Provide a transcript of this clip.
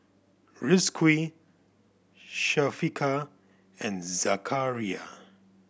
Rizqi Syafiqah and Zakaria